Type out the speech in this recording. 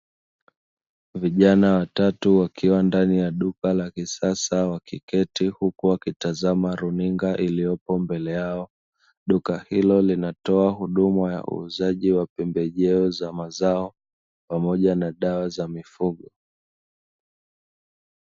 Vijana watatu wa kiwa ndani ya duka la kisasa wakiketi huku wakitazama runinga iliyopo mbele yao duka hilo linatoa huduma ya uuzaji wa pembejeo za mazao pamoja na dawa za mifugo.